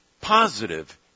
positive